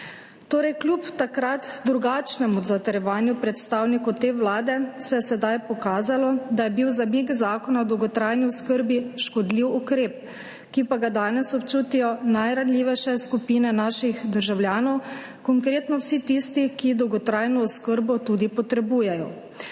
je kljub takrat drugačnemu zatrjevanju predstavnikov te vlade sedaj pokazalo, da je bil zamik Zakona o dolgotrajni oskrbi škodljiv ukrep, ki pa ga danes občutijo najranljivejše skupine naših državljanov, konkretno vsi tisti, ki dolgotrajno oskrbo tudi potrebujejo.